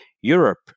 Europe